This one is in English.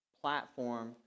platform